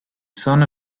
son